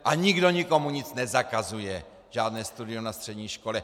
A nikdo nikomu nic nezakazuje, žádné studium na střední škole!